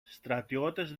στρατιώτες